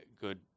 good